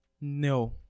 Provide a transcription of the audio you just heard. No